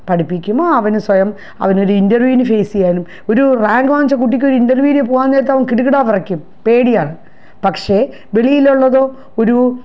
പഠിപ്പിക്കുമ്പോള് അവന് സ്വയം ഒരു ഇൻറർവ്യൂവിന് ഫേസ് ചെയ്യാനും ഒരു റാങ്ക് വാങ്ങിച്ച കുട്ടിക്ക് ഒരു ഇൻറർവ്യൂവിന് പോവാൻ നേരത്തവൻ കിടുകിടാ വിറയ്ക്കും പേടിയാണ് പക്ഷേ വെളിയിലുള്ളതോ ഒരു